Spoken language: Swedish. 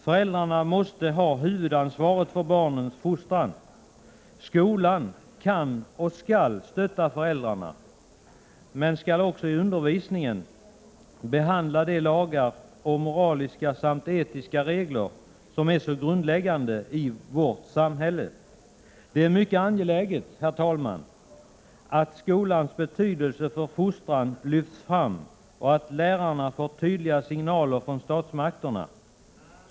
Föräldrarna måste ha huvudansvaret för barnens fostran. Skolan kan och skall stötta föräldrarna men skall också i undervisning behandla de lagar samt moraliska och etiska regler som är så grundläggande i vårt samhälle. Det är mycket angeläget, herr talman, att skolans betydelse för fostran lyfts fram och att lärarna får tydliga signaler från statsmakterna.